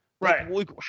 Right